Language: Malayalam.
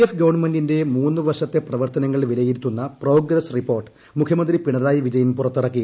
എഫ് ഗവൺമെന്റിന്റെ മൂന്ന് വർഷത്തെ പ്രവർത്തനങ്ങൾ വിലയിരുത്തുന്ന പ്രോഗ്രസ് റിപ്പോർട്ട് മുഖ്യമന്ത്രി പിണറായി വിജയൻ പുറത്തിറക്കി